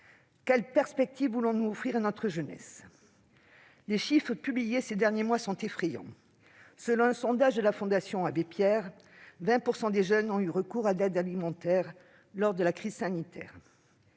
Quelles perspectives voulons-nous offrir à notre jeunesse ? Les chiffres publiés ces derniers mois sont effrayants : selon un sondage de la Fondation Abbé-Pierre, 20 % des jeunes ont eu recours à l'aide alimentaire au cours de la crise sanitaire.